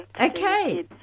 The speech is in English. Okay